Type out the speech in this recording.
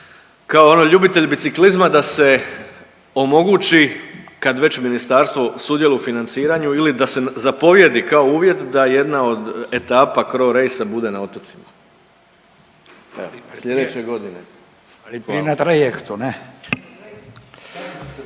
kao ono ljubitelj biciklizma da se omogući kad već ministarstvo sudjeluje u financiranju ili da se zapovijedi kao uvjet da jedna od etapa CRO Race bude na otocima. Evo, slijedeće godine. **Radin, Furio